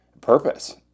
purpose